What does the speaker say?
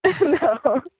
No